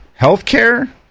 Healthcare